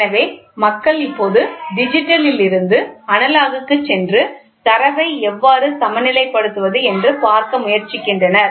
எனவே மக்கள் இப்போது டிஜிட்டலில் இருந்து அனலாக் க்குச் சென்று தரவை எவ்வாறு சமநிலைப்படுத்துவது என்று பார்க்க முயற்சிக்கின்றனர்